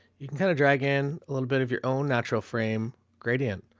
you can kind of drag in a little bit of your own natural frame gradient.